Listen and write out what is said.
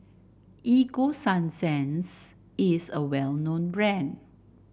Ego Sunsense is a well known brand